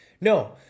no